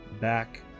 back